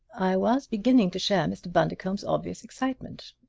i was beginning to share mr. bundercombe's obvious excitement.